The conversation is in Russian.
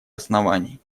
оснований